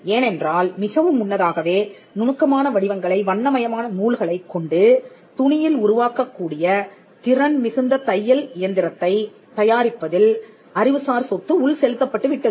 ஏனென்றால் மிகவும் முன்னதாகவே நுணுக்கமான வடிவங்களை வண்ணமயமான நூல்களைக் கொண்டு துணியில் உருவாக்கக்கூடிய திறன் மிகுந்த தையல் இயந்திரத்தைத் தயாரிப்பதில் அறிவுசார் சொத்து உள் செலுத்தப்பட்டு விட்டது